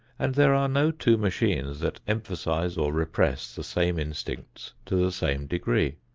and there are no two machines that emphasize or repress the same instincts to the same degree.